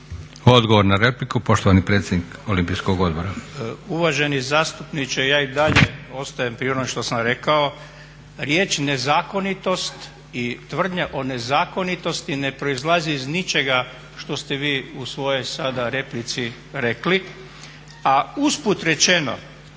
Odgovor na repliku, poštovani predsjednik Olimpijskog odbora. **Mateša, Zlatko** Uvaženi zastupniče, ja i dalje ostajem pri onome što sam rekao. Riječ nezakonitost i tvrdnja o nezakonitosti ne proizlazi iz ničega što ste vi u svojoj sada replici rekli, a usput rečeno